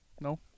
No